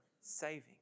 saving